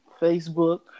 Facebook